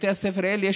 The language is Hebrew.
בבתי הספר האלה,